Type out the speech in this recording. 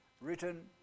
Written